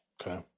Okay